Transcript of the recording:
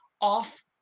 off